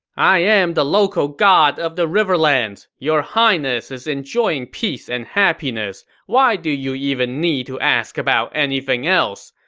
i am the local god of the riverlands. your highness is enjoying peace and happiness. why do you even need to ask about anything else?